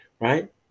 right